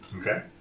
Okay